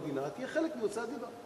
מדינה תהיה חלק מהוצאת דיבה.